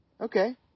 Okay